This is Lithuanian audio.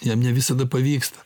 jam ne visada pavyksta